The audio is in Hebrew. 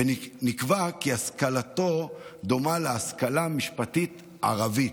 ונקבע כי השכלתו דומה להשכלה משפטית ערבית,